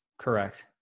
Correct